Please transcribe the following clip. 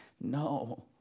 No